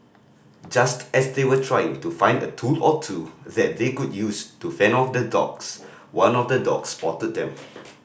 just as they were trying to find a tool or two that they could use to fend off the dogs one of the dogs spotted them